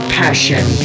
passion